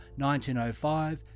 1905